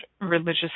religious